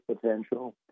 potential